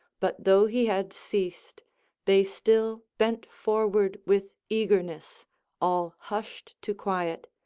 but though he had ceased they still bent forward with eagerness all hushed to quiet,